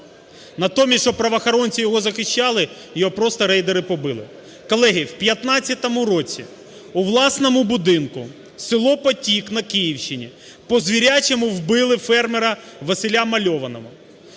Натомість, щоб правоохоронці його захищали, його просто рейдери побили. Колеги, в 2015 році у власному будинку, село Потік на Київщині, по-звірячому вбили фермера Василя Мальованого.